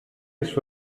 list